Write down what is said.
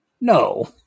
No